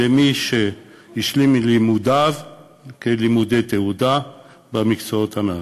למי שהשלים לימודיו כלימודי תעודה במקצועות הנ"ל.